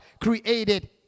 created